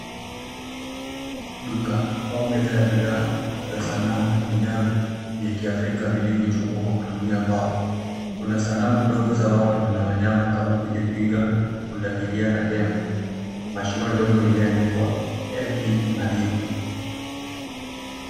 Duka au meza ya bidhaa za sanaa na vinyago vya kiafrika vilivyochongwa kwa kutumia mbao. Kuna sanamu ndogo za watu na wanyama kama vile twiga, pundamilia na tembo, mashua ndogo iliyoandikwa MV malindi.